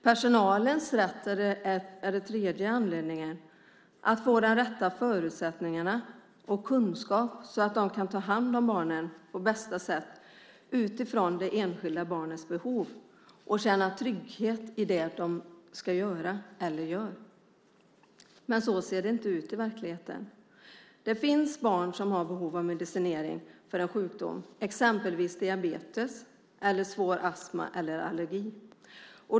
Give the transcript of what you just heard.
Personalens rätt är den tredje anledningen, att de får de rätta förutsättningarna och kunskap så att de kan ta hand om barnen på bästa sätt utifrån det enskilda barnets behov och känna trygghet i det som de ska göra eller gör. Så ser det inte ut i verkligheten. Det finns barn som har behov av medicinering för en sjukdom, exempelvis diabetes eller svår astma eller allergi.